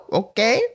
okay